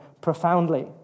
profoundly